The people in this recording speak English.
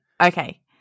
Okay